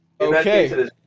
Okay